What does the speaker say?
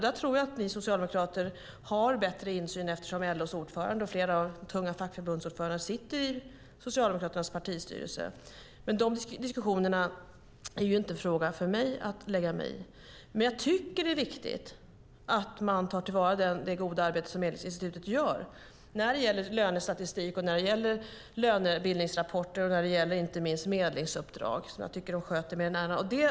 Jag tror att ni socialdemokrater har bättre insyn, eftersom LO:s ordförande och flera tunga fackförbundsordförande sitter i Socialdemokraternas partistyrelse. Men de diskussionerna är inte en fråga som jag ska lägga mig i. Jag tycker att det är viktigt att man tar till vara det goda arbete som Medlingsinstitutet gör när det gäller lönestatistik, lönebildningsrapporter och inte minst medlingsuppdrag, som jag tycker att de sköter med den äran.